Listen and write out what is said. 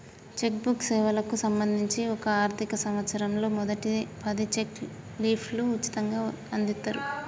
check book సేవలకు సంబంధించి ఒక ఆర్థిక సంవత్సరంలో మొదటి పది చెక్ లీఫ్లు ఉచితంగ అందిత్తరు